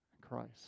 Christ